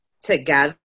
together